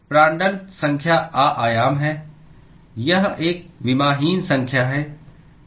Prandtl संख्या अ आयाम है यह एक विमाहीन संख्या है